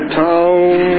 town